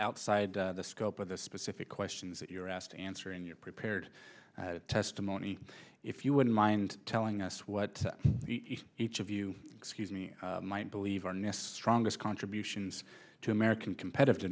outside the scope of the specific questions that you're asked to answer in your prepared testimony if you wouldn't mind telling us what each of you excuse me might believe our nests strongest contributions to american competitive